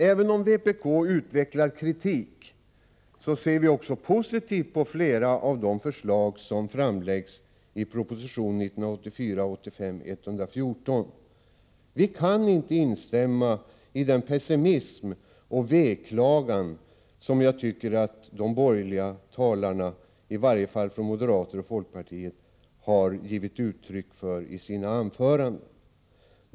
Även om vpk utvecklar kritik, ser vi också positivt på flera av de förslag som framläggs i proposition 1984/85:114. Vi kan inte instämma i den pessimism och veklagan som jag tycker att de borgerliga talarna — i varje fall de från moderaterna och folkpartiet — har givit uttryck för i sina anföranden.